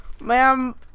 Ma'am